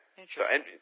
Interesting